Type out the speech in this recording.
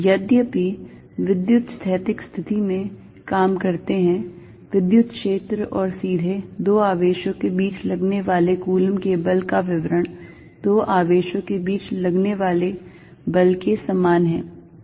यद्यपि विद्युतस्थैतिक स्थिति में काम करते समय विद्युत क्षेत्र और सीधे दो आवेशों के बीच लगने वाले कूलॉम के बल का विवरण दो आवेशों के बीच लगने वाले बल के समान है